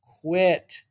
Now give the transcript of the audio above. quit